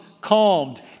calmed